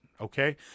okay